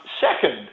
Second